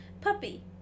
Puppy